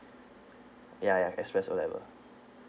ya ya express O level